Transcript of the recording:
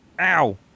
Ow